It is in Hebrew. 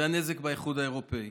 זה הנזק באיחוד האירופי.